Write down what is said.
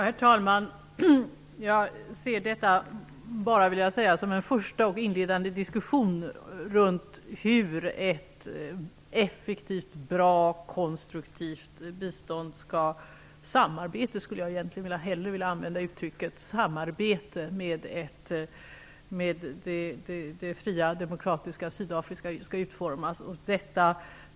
Herr talman! Jag vill bara säga att jag ser detta som en första och inledande diskussion runt hur ett effektivt, bra och konstruktivt bistånd -- jag skulle egentligen hellre vilja använda uttrycket samarbete -- till det fria demokratiska Sydafrika skall utformas.